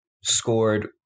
scored